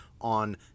on